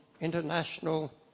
International